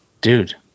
dude